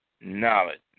knowledge